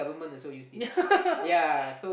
yeah